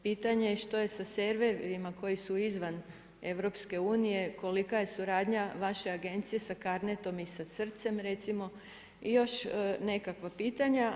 Pitanje je što je sa serverima koji su izvan EU, kolika je suradnja vaše agencije sa CARNET-om i sa srcem recimo i još nekakva pitanja.